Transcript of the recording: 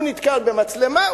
הוא נתקל במצלמה,